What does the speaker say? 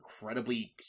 incredibly